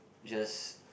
just